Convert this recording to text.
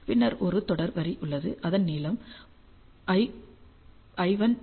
பின்னர் ஒரு தொடர் வரி உள்ளது அதன் நீளம் l1 0